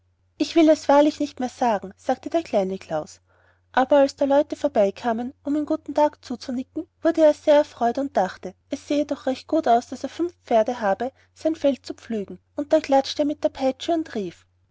ich will es wahrlich nicht mehr sagen sagte der kleine klaus aber als da leute vorbeikamen und ihm guten tag zunickten wurde er sehr erfreut und dachte es sehe doch recht gut aus daß er fünf pferde habe sein feld zu pflügen und da klatschte er mit der peitsche und rief